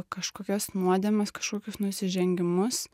kažkokias nuodėmes kažkokius nusižengimus